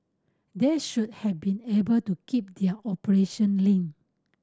they should have been able to keep their operation lean